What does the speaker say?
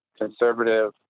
conservative